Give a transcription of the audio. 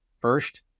First